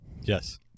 Yes